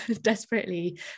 desperately